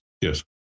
Yes